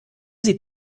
sie